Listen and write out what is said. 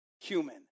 human